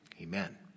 Amen